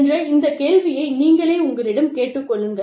என்ற இந்த கேள்வியை நீங்களே உங்களிடம் கேட்டுக்கொள்ளுங்கள்